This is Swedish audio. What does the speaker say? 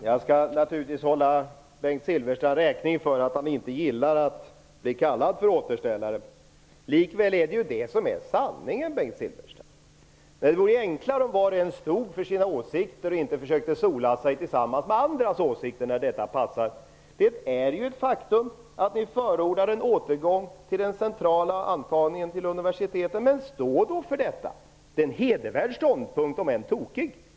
Herr talman! Jag skall naturligtvis hålla Bengt Silfverstrand räkning för att han inte gillar att bli kallad för återställare. Likväl är det sanningen. Det vore enklare om var och en stod för sina åsikter och inte försökte sola sig tillsammans med dem som har andra åsikter när detta passar. Det är ju ett faktum att ni förordar en återgång till den centrala antagningen till universiteten. Men stå då för det! Det är en hedervärd ståndpunkt, om än tokig.